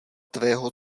tvého